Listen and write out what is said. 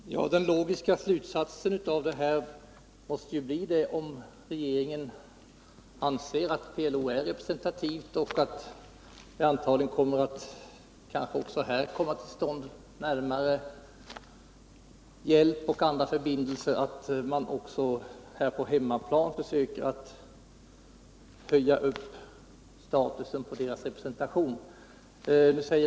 Herr talman! Den logiska slutsatsen av detta måste bli att om regeringen anser att PLO är representativt och om det också i detta fall skulle bli fråga om förbindelser i samband med hjälpinsatser eller andra förbindelser, så skulle man här på hemmaplan kunna höja statusen på PLO:s representation.